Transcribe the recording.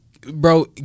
bro